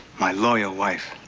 my loyal wife.